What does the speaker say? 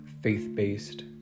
faith-based